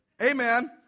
Amen